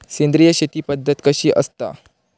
सेंद्रिय शेती पद्धत कशी असता?